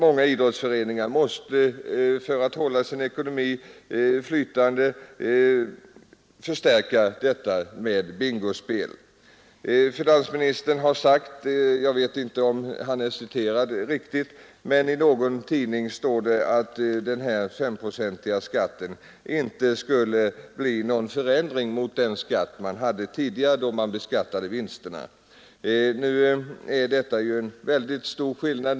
Många idrottsföreningar måste för att klara sin ekonomi förstärka finanserna med bingospel. Jag har i någon tidning sett att finansministern sagt — jag vet dock inte om han där är rätt citerad — att den S-procentiga skatten inte skulle innebära någon förändring jämfört med tidigare, då vinsterna beskattades, men där har det blivit en stor skillnad.